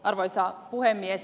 arvoisa puhemies